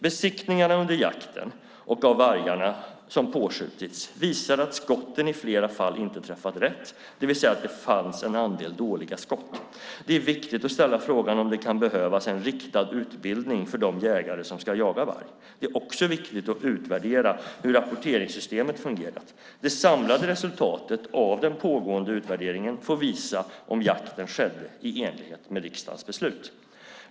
Besiktningarna under jakten och av vargarna som påskjutits visar att skotten i flera fall inte träffat rätt, det vill säga att det fanns en andel dåliga skott. Det är viktigt att ställa frågan om det kan behövas en riktad utbildning för de jägare som ska jaga varg. Det är också viktigt att utvärdera hur rapporteringssystemet fungerat. Det samlade resultatet av den pågående utvärderingen får visa om jakten skedde i enlighet med riksdagens beslut.